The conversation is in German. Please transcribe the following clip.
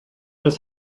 das